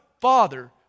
father